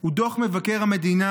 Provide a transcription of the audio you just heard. הוא דוח מבקר המדינה,